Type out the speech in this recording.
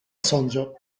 sonĝo